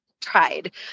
tried